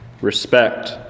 respect